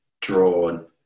drawn